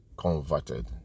Converted